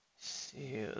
see